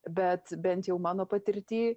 bet bent jau mano patirty